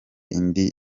indi